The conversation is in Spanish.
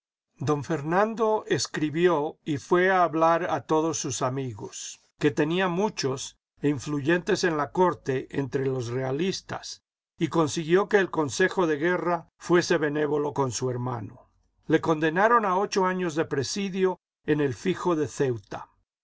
don fernando escribió y fué a hablar a todos sus amigos que tenía muchos e influyentes en la corte entre los realistas y consiguió que el consejo de guerra fuese benévolo con su hermano le condenaron a ocho años de presidio en el fijo de ceuta